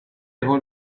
gol